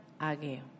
Ageo